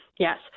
Yes